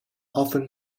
often